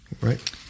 Right